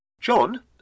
John